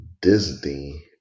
Disney